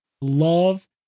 love